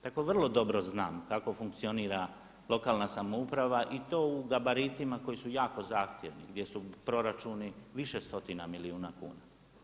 Tako da vrlo dobro znam kako funkcionira lokalna samouprava i to u gabaritima koji su jako zahtjevni, gdje su proračuni više stotina milijuna kuna.